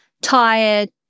tired